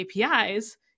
APIs